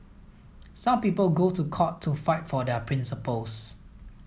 some people go to court to fight for their principles